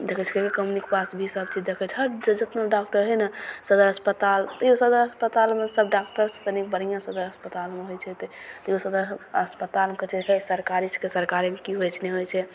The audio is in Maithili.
देखय छियै पास भी सभचीज देखय छै जे जेतना डॉक्टर हइ ने सदर अस्पताल तइयो सदर अस्पतालमे सभ डॉक्टरसँ तनिक बढ़िआँसँ रहऽ अस्पतालमे होइ छै तऽ तइयो सदर अस्पताल सरकारीके जे हइ सरकारी छिकै सरकारी की होइ छै नहि होइ छै